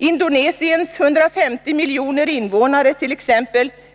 Indonesiens 150 miljoner invånare t.ex.